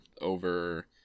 over